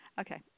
Okay